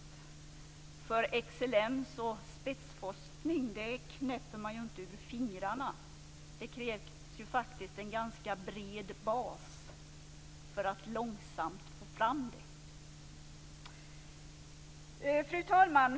Excellens och spetsforskning knäpper man ju inte fram med fingrarna. Det krävs faktiskt en ganska bred bas för att långsamt få fram detta. Fru talman!